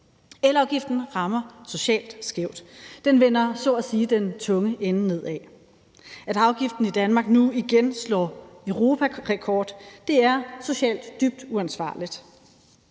Elafgiften rammer socialt skævt. Den vender så at sige den tunge ende nedad. At afgiften i Danmark nu igen slår europarekord, er socialt dybt uansvarligt.